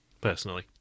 personally